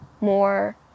more